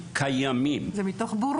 זה מתוך בורות.